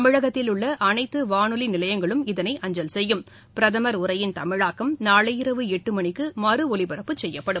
தமிழகத்தில் உள்ள அனைத்து வானொலி நிலையங்களும் இதனை அஞ்சல் செய்யும் பிரதமர் உரையின் தமிழாக்கம் நாளை இரவு எட்டு மணிக்கு மறு ஒலிபரப்பு செய்யப்படும்